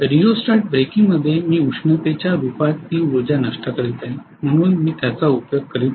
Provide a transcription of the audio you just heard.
rheostat braking मध्ये मी उष्णतेच्या रूपात ती उर्जा नष्ट करीत आहे म्हणून मी त्याचा उपयोग करीत नाही